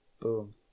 boom